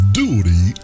duty